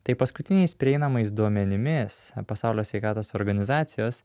tai paskutiniais prieinamais duomenimis pasaulio sveikatos organizacijos